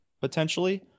potentially